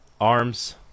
Arms